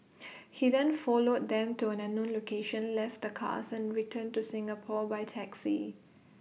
he then followed them to an unknown location left the cars and returned to Singapore by taxi